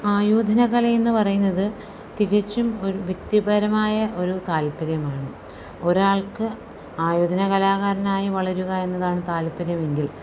ആയോധനകല എന്നു പറയുന്നത് തികച്ചും ഒരു വ്യക്തിപരമായ ഒരു താല്പര്യമാണ് ഒരാൾക്ക് ആയോധനകലാകാരനായി വളരുക എന്നതാണ് താല്പര്യമെങ്കിൽ